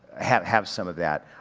have have some of that.